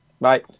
Bye